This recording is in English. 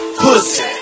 pussy